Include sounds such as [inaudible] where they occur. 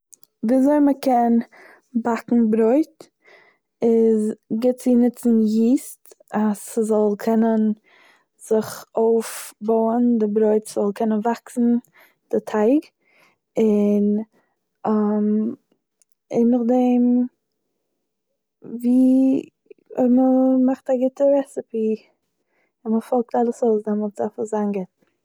ווי אזוי מ'קען באקן ברויט, איז גוט צו נוצן יועסט אז ס'זאל קענען זיך אויפבויען די ברויט, ס'זאל קענען וואקסן די טייג, און [hesitation] און נאכדעם ווי מ'מאכט א גוטע רעסעפי און מ'פאלגט אלעס אויס דעמאלטס דארף עס זיין גוט.